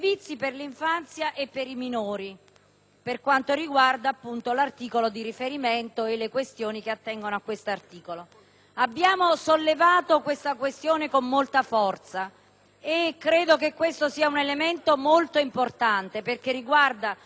per quanto riguarda appunto l'articolo di riferimento e le questioni ad esso attinenti. Abbiamo sollevato tale questione con molta forza e credo che questo sia un elemento molto importante, perché riguarda tutto ciò che i Comuni fanno per l'infanzia: